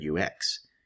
UX